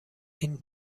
این